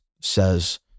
says